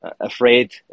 afraid